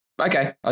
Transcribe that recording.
Okay